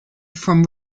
from